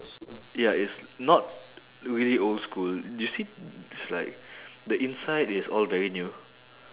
ya it's not really old school you see it's like the inside is all very new